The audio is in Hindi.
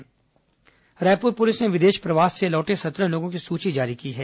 कोरोना विदेश रायपुर पुलिस ने विदेश प्रवास से लौटे सत्रह लोगों की सूची जारी की है